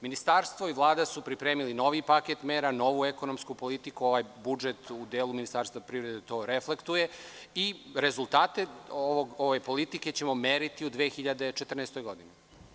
Ministarstvo i Vlada su pripremili novi paket mera, novu ekonomsku politiku, budžet u delu Ministarstva privrede to reflektuje i rezultate ove politike ćemo meriti u 2014. godini.